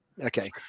Okay